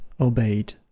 obeyed